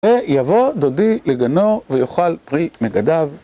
אה יבוא דודי לגנו ויוכל פרי מגדיו.